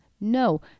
No